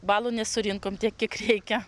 balų nesurinkom tiek kiek reikia